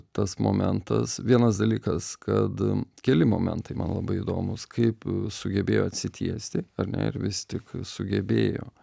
tas momentas vienas dalykas kad keli momentai man labai įdomūs kaip sugebėjo atsitiesti ar ne ir vis tik sugebėjo